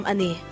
Ani